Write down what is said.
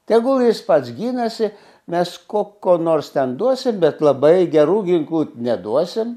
tegul jis pats ginasi mes ko ko nors ten duosim bet labai gerų ginklų neduosim